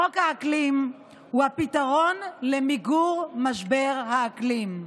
חוק האקלים הוא הפתרון למיגור משבר האקלים.